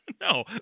No